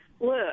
Look